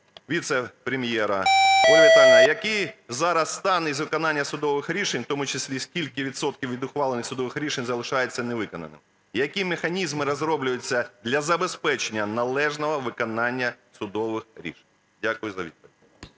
віцепрем'єра. Ольга Віталіївна, який зараз стан із виконання судових рішень, в тому числі скільки відсотків від ухвалених судових рішень залишаються невиконаними? Які механізми розроблюються для забезпечення належного виконання судових рішень? Дякую за відповідь.